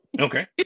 Okay